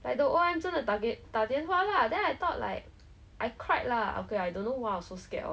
but I didn't think twice about it 我就是拿手机出来就就拍了一张照